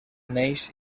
neix